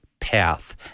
path